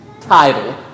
Title